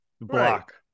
block